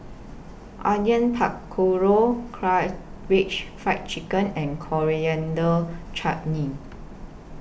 Onion Pakora Karaage Fried Chicken and Coriander Chutney